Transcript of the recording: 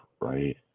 right